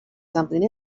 something